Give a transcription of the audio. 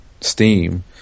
Steam